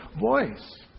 voice